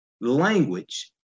language